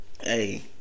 Hey